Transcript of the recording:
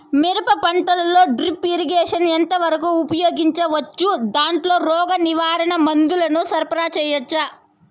మిరప పంటలో drip irrigation ఎంత వరకు ఉపయోగించవచ్చు, దాంట్లో రోగ నివారణ మందుల ను సరఫరా చేయవచ్చా?